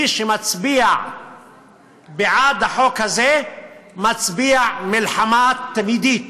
מי שמצביע בעד החוק הזה מצביע מלחמה תמידית,